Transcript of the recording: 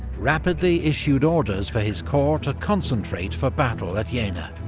rapidly issued orders for his corps to concentrate for battle at yeah jena.